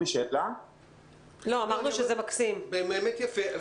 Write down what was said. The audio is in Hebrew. זה באמת יפה.